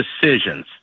decisions